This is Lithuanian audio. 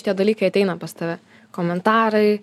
šitie dalykai ateina pas tave komentarai